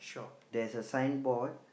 there's a signboard